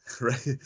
right